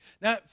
Now